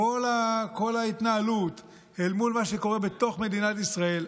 כל ההתנהלות אל מול מה שקורה בתוך מדינת ישראל,